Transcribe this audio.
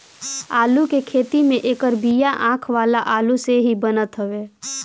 आलू के खेती में एकर बिया आँख वाला आलू से ही बनत हवे